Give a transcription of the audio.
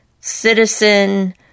citizen